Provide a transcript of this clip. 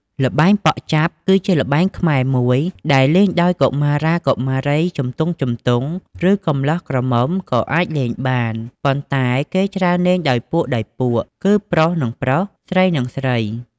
ល្បែងប៉ក់ចាប គឺជាល្បែងខ្មែរមួយដែលលេងដោយកុមារាកុមារីជំទង់ៗ ឬកម្លោះក្រមុំក៏អាចលេងបាន ប៉ុន្តែគេច្រើនលេងដោយពួកៗ គឺប្រុសសុទ្ធតែប្រុស ស្រីសុទ្ធតែស្រី។